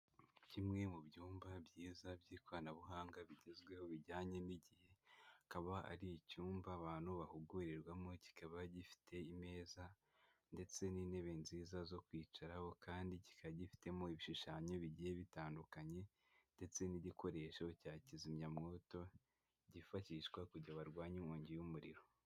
Kimwe mu byumba byiza by'ikoranabuhanga bigezweho bijyanye n'igihe, akaba ari icyumba abantu bahugurirwamo, kikaba gifite imeza ndetse n'intebe nziza zo kwicaraho, kandi kikaba gifitemo ibishushanyo bigiye bitandukanye, ndetse n'igikoresho cya kizimya mwoto, kifashishwa kugira ngo barwanye inkongi y'umuriro.